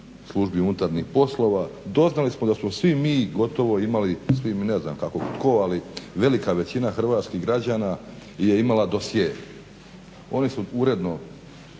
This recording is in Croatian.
Službi unutarnjih poslova, doznali smo da smo svi mi gotovo imali svi mi ne znam kako tko, ali velika većina hrvatskih građana je imala dosjee. Oni su uredno